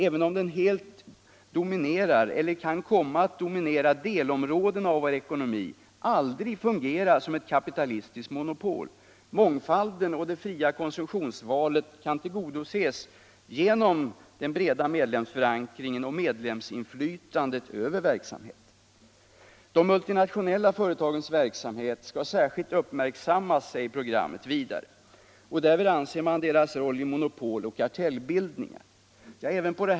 även om den helt dominerar eller kan komma att dominera delområden av vår ekonomi, aldrig fungera som ctt kapitalistiskt monopol. Mångfalden och det fria konsumtionsvalet kan tillgodoses genom den breda medlemsförankringen och medlemsinflytandet över verksamheten. De multinationella företagens verksamhet skall särskilt uppmärksammas, säger programmet. Därvid avser man deras roll i monopol och kartellbildningar.